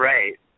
Right